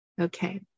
Okay